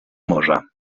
morza